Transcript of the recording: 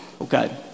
okay